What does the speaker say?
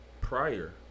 prior